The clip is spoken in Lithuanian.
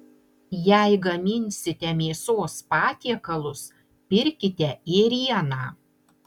jei gaminsite mėsos patiekalus pirkite ėrieną